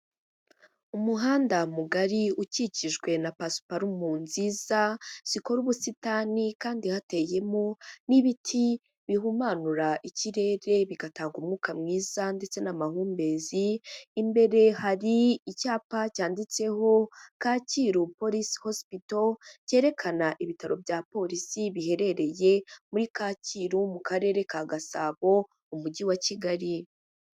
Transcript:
Umuhanda mugari ukikijwe na pasuparumu nziza zikora ubusitani kandi hateyemo n'ibiti bihumanura ikirere bigatanga umwuka mwiza ndetse n'amahumbezi, imbere hari icyapa cyanditseho Kacyiru polise hosipito cyerekana ibitaro bya polisi biherereye muri Kacyiru mu karere ka Gasabo umujyi wa Kigali.